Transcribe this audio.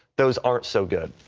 those aren't so good.